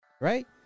Right